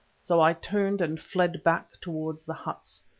so i turned and fled back towards the huts.